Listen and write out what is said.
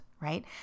right